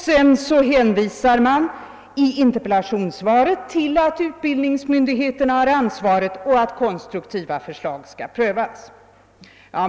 Sedan hänvisas i interpellationssvaret till att utbildningsmyndigheterna har ansvaret och att: konstruktiva förslag skall prövas.